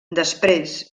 després